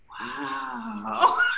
Wow